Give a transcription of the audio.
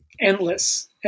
endless